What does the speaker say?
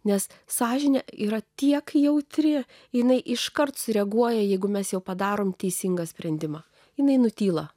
nes sąžinė yra tiek jautri jinai iškart sureaguoja jeigu mes jau padarome teisingą sprendimą jinai nutyla